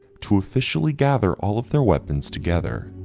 to officially gather all of their weapons together.